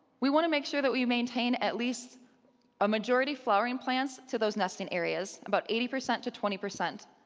we want to make sure that we maintain at least a majority flowering plants to those nesting areas, about eighty per cent to twenty per cent,